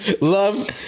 Love